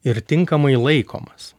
ir tinkamai laikomas